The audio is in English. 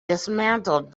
dismantled